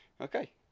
Okay